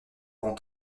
vont